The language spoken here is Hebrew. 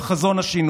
לשכת עורכי הדין.